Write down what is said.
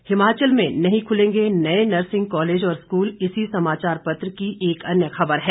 हिमाचल में नहीं खुलेंगे नए नर्सिंग कॉलेज और स्कूल इसी समाचार पत्र की एक अन्य खबर है